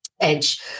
edge